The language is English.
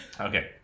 Okay